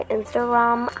Instagram